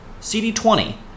CD20